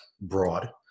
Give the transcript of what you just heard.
broad